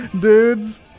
Dudes